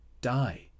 die